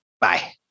Bye